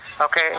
Okay